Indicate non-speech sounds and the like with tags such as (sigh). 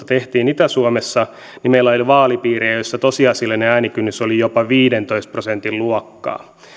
(unintelligible) tehtiin itä suomessa meillä oli vaalipiirejä joissa tosiasiallinen äänikynnys oli jopa viidentoista prosentin luokkaa